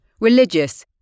religious